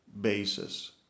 basis